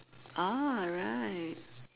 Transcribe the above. ah right